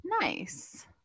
nice